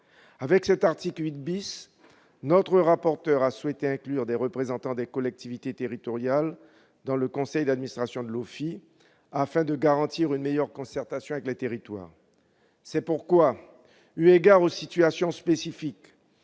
de l'article 8 , notre rapporteur a souhaité inclure des représentants des collectivités territoriales dans le conseil d'administration de l'OFII, afin de garantir une meilleure concertation avec les territoires. Eu égard aux situations spécifiques